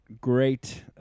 great